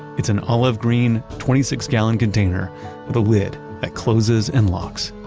it's an olive green twenty six gallon container with a lid that closes and locks.